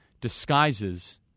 disguises